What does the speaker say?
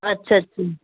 अछा अछा